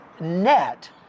net